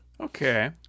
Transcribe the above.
Okay